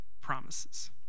promises